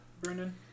Brendan